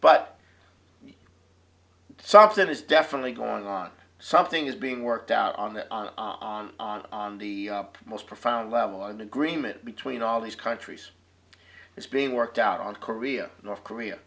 but something is definitely going on something is being worked out on this on on on the most profound level and agreement between all these countries is being worked out on korea north korea